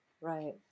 Right